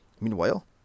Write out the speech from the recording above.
meanwhile